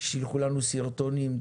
שילחו לנו סרטונים,